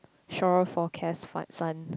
shore forecast fun sun